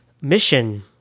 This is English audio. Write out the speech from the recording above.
Mission